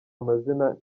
amazina